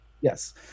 Yes